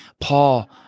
Paul